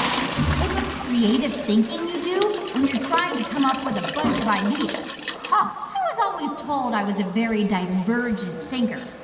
it's the type of creative thinking you do when you're trying to come up with a bunch of ideas huh i was always told i was a very divergent thinker.